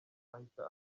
ahita